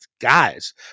guys